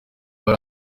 hari